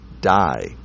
die